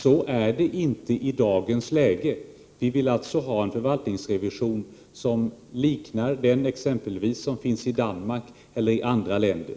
Så är det inte i dagsläget. Vi vill alltså ha en förvaltningsrevision som liknar den som finns exempelvis i Danmark eller i andra länder.